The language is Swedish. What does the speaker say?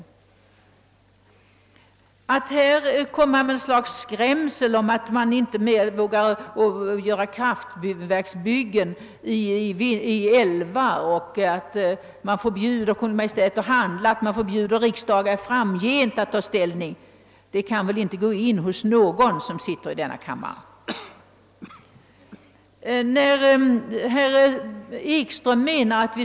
Skrämskotten att detta skulle betyda, att Vattenfall i framtiden inte vågar företa några kraftverksutbyggnader i älvar, att vi förbjuder Kungl. Maj:t att handla och att vi förbjuder framtida riksdagar att ta ställning i frågan kan väl inte gå in hos någon i denna kammare.